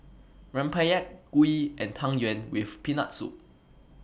Rempeyek Kuih and Tang Yuen with Peanut Soup